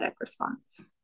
response